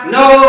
no